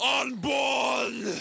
unborn